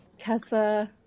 Kessa